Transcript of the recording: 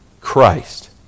Christ